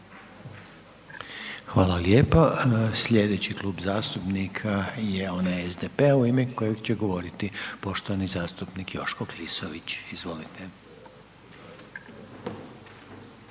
Hvala lijepa. Slijedeći Klub zastupnik je onaj SDP-a u ime kojeg će govorit poštovani zastupnik Joško Klisović. Izvolite.